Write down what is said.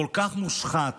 כל כך מושחת.